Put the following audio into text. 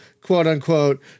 quote-unquote